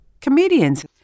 comedians